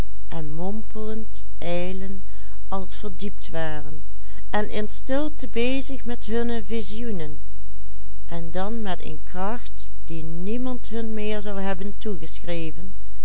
in stilte bezig met hunne visioenen en dan met een kracht die niemand hun meer zou hebben